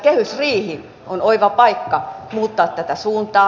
kehysriihi on oiva paikka muuttaa tätä suuntaa